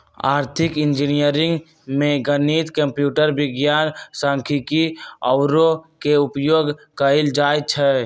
आर्थिक इंजीनियरिंग में गणित, कंप्यूटर विज्ञान, सांख्यिकी आउरो के उपयोग कएल जाइ छै